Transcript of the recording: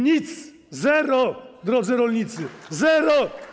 Nic. Zero, drodzy rolnicy, zero.